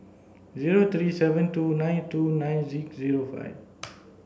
zero three seven two nine two nine six zero five